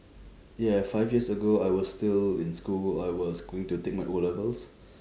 yeah five years ago I was still in school I was going to take my O-levels